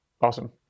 Awesome